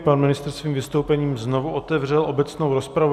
Pan ministr svým vystoupením znovu otevřel obecnou rozpravu.